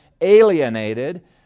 alienated